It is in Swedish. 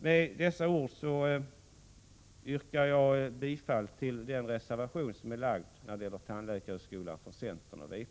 Med dessa ord yrkar jag bifall till den reservation beträffande tandläkarutbildningen som avgivits av centern och vpk.